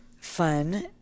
fun